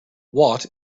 watt